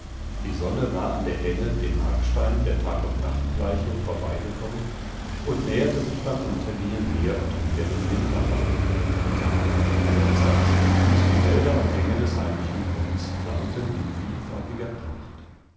die sonne war an der henne dem markstein der tagundnachtgleiche vorbeigekommen und näherte sich beim untergehen mehr und mehr dem winterhorn die tage wurden kürzer und die wälder und hänge des heimlichen grunds flammten in vielfarbiger pracht